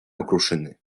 okruszyny